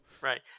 Right